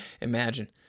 imagine